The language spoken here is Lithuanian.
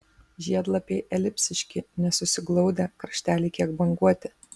žiedlapiai elipsiški nesusiglaudę krašteliai kiek banguoti